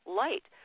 light